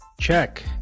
Check